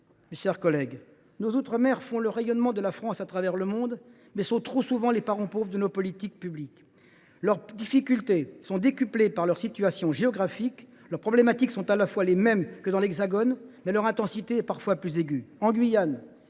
nos territoires d’outre mer font le rayonnement de la France à travers le monde, ils sont trop souvent le parent pauvre de nos politiques publiques. Leurs difficultés sont décuplées par leur situation géographique. Les problèmes y sont semblables à ceux de l’Hexagone, mais leur intensité est parfois plus aiguë.